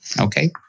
Okay